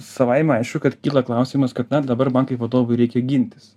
savaime aišku kad kyla klausimas kad na dabar man kaip vadovui reikia gintis